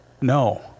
no